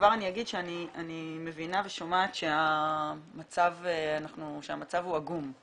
כבר אני אגיד שאני מבינה ושומעת שהמצב הוא עגום.